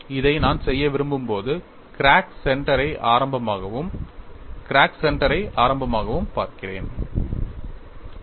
இதை நான் செய்ய விரும்பும்போது கிராக் சென்டரை ஆரம்பமாகவும் கிராக் சென்டரை ஆரம்பமாகவும் பார்க்க விரும்புகிறேன்